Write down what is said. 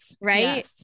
right